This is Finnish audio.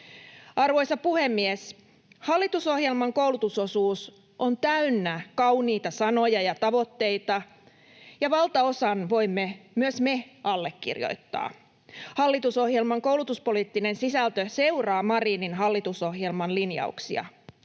Arvoisa puhemies! Hallitusohjelman koulutusosuus on täynnä kauniita sanoja ja tavoitteita, ja valtaosan voimme myös me allekirjoittaa. Hallitusohjelman koulutuspoliittinen sisältö seuraa Marinin hallitusohjelman linjauksia.